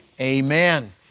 Amen